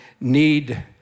need